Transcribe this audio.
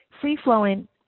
free-flowing